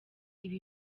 ibi